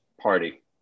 party